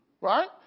Right